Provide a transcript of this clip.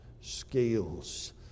scales